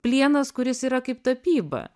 plienas kuris yra kaip tapyba